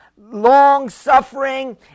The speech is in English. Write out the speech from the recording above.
long-suffering